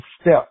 step